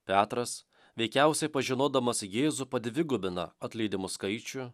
petras veikiausiai pažinodamas jėzų padvigubina atleidimų skaičių